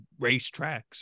racetracks